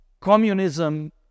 communism